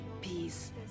peace